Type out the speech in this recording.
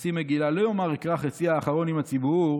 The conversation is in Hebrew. חצי מגילה, "לא יאמר אקרא חצי האחרון עם הציבור,